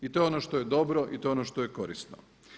I to je ono što je dobro i to je ono što je korisno.